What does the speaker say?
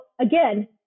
again